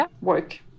work